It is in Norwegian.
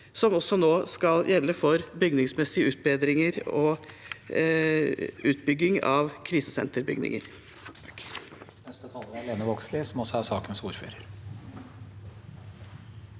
som nå også skal gjelde for bygningsmessige utbedringer og utbygging av krisesenterbygninger.